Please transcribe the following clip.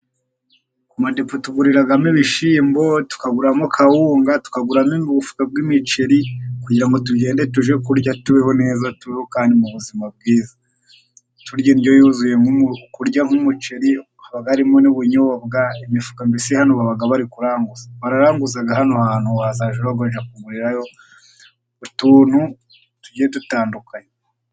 Ku madepo tuguriramo ibishyimbo, tukaguramo kawunga, tukaguramo ubufuka bw'imiceri kugira ngo tugende tujye kurya tubeho neza tubeho kandi mu buzima bwiza. Turya indyo yuzuye; kurya nk'umuceri haba harimo n'ubunyobwa, imifuka mbese hano baba bari kuranguza, bararanguza hano hantu wazajya urajya kugurirayo utuntu tugiye dutandukanye.